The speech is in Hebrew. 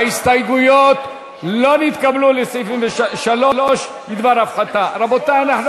ההסתייגויות לסעיף 73 בדבר הפחתה לא נתקבלו.